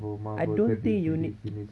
I don't think you need